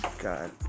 God